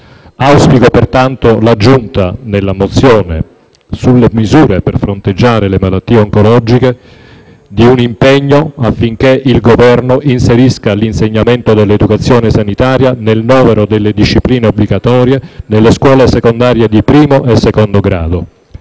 Auspico pertanto l'aggiunta, tra le misure per fronteggiare le malattie oncologiche, di un impegno all'ordine del giorno G1 affinché il Governo inserisca l'insegnamento dell'educazione sanitaria nel novero delle discipline obbligatorie nelle scuole secondarie di primo e secondo grado.